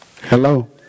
Hello